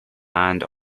hand